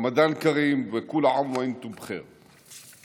רמדאן כרים, כול עאם ואנתום בח'יר.